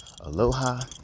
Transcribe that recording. aloha